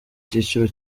cyiciro